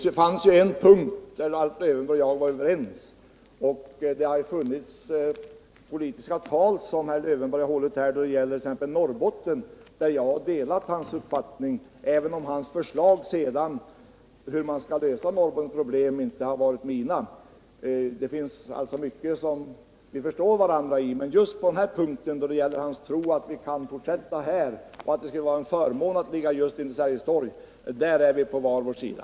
Herr talman! På en punkt var dock Alf Lövenborg och jag överens. Och det har funnits politiska tal som Alf Lövenborg har hållit, t.ex. när det gäller Norrbotten, där jag har delat hans uppfattning, även om hans förslag beträffande hur problemen skulle lösas inte har varit mina. Det finns alltså många frågor där vi kan förstå varandra, men när det gäller hans tro att vi skall fortsätta här och att det skulle vara en förmån för riksdagen att ligga just vid Sergels torg står vi på var sin sida.